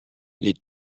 les